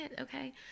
Okay